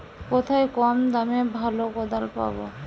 কোথায় কম দামে ভালো কোদাল পাব?